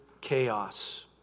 chaos